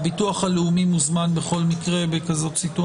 בסיטואציה כזאת הביטוח הלאומי בכל מקרה מוזמן?